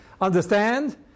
understand